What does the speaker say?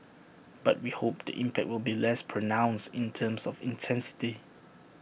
but we hope the impact will be less pronounced in terms of intensity